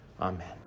Amen